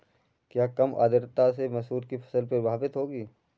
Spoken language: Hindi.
क्या कम आर्द्रता से मसूर की फसल प्रभावित होगी?